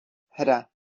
hra